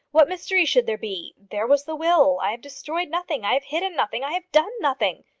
what mystery should there be? there was the will. i have destroyed nothing. i have hidden nothing. i have done nothing.